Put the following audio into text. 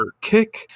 kick